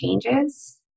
changes